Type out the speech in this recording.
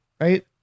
right